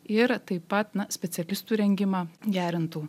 ir taip pat na specialistų rengimą gerintų